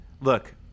Look